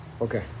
Okay